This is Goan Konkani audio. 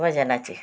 भजनाची